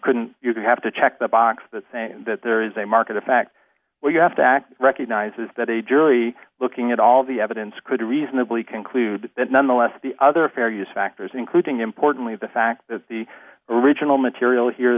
couldn't you have to check the box that say that there is a market effect where you have to act recognizes that a jury looking at all the evidence could reasonably conclude that none the less the other fair use factors including importantly the fact that the original material here